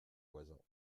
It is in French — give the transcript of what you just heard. voisins